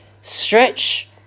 Stretch